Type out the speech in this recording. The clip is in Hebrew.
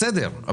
בסדר,